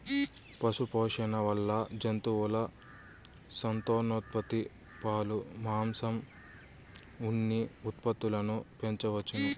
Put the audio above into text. పశుపోషణ వల్ల జంతువుల సంతానోత్పత్తి, పాలు, మాంసం, ఉన్ని ఉత్పత్తులను పెంచవచ్చును